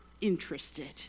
interested